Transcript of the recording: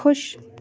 ख़ुश